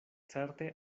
certe